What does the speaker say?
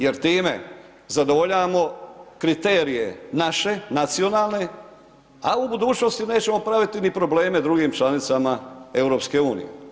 Jer time zadovoljavamo kriterije, naše, nacionalne, a u budućnosti nećemo praviti ni probleme drugim članicama EU.